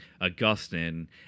Augustine